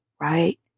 right